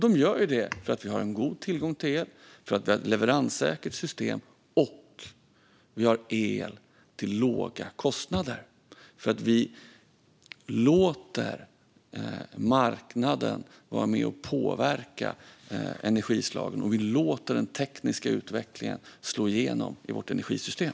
Det är för att vi har en god tillgång till el, ett leveranssäkert system och el till låga kostnader, för vi låter marknaden vara med och påverka energislagen och låter den tekniska utvecklingen slå igenom i vårt energisystem.